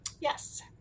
Yes